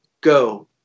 go